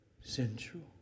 central